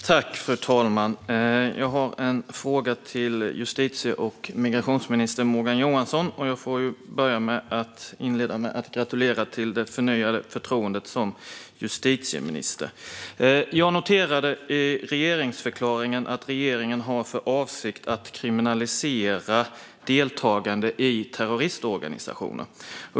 Fru talman! Jag har en fråga till justitie och migrationsminister Morgan Johansson, och jag inleder med att gratulera till det förnyade förtroendet som justitieminister. Jag noterade i regeringsförklaringen att regeringen har för avsikt att kriminalisera deltagande i terroristorganisationer.